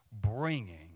bringing